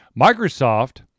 Microsoft